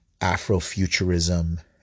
Afrofuturism